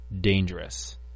dangerous